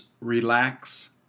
relax